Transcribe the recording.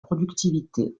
productivité